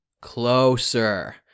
Closer